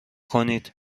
کنید